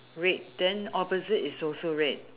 red then opposite it's also red